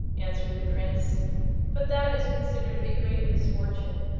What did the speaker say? answered the prince but that is considered a great misfortune,